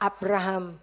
Abraham